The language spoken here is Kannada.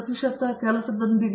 ಪ್ರತಾಪ್ ಹರಿಡೋಸ್ ಸರಿ